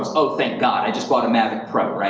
ah oh, thank god, i just bought a mavic pro,